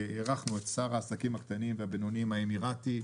אירחנו את שר העסקים הקטנים והבינוניים האמרתי,